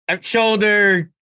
shoulder